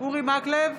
אורי מקלב,